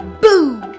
boo